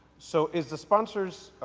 so is the sponsor's